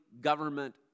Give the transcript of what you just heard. government